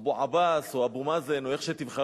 אבו עבאס, או אבו מאזן, או איך שתבחרו,